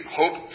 hope